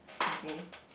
okay